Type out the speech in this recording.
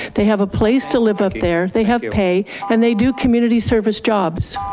they have a place to live up there. they have pay, and they do community service jobs.